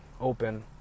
open